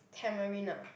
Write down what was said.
tamarind ah